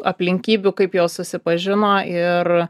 aplinkybių kaip jos susipažino ir